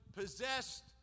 possessed